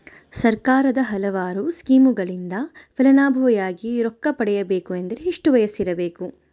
ಸರ್ಕಾರದ ಹಲವಾರು ಸ್ಕೇಮುಗಳಿಂದ ಫಲಾನುಭವಿಯಾಗಿ ರೊಕ್ಕ ಪಡಕೊಬೇಕಂದರೆ ಎಷ್ಟು ವಯಸ್ಸಿರಬೇಕ್ರಿ?